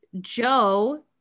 joe